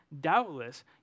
Doubtless